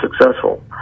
successful